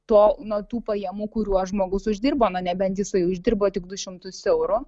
to nuo tų pajamų kuriuo žmogus uždirbo na nebent jisai uždirbo tik du šimtus eurų